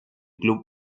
club